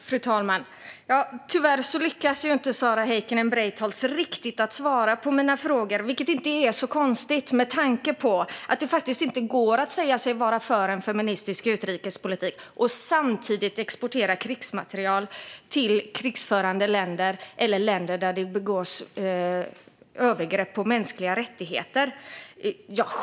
Fru talman! Tyvärr lyckas Sara Heikkinen Breitholtz inte riktigt svara på mina frågor, vilket inte är så konstigt med tanke på att det faktiskt inte går att säga sig vara för en feministisk utrikespolitik och samtidigt exportera krigsmateriel till krigförande länder eller länder där det begås övergrepp på mänskliga rättigheter.